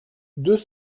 deux